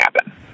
happen